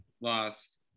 lost